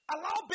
Allow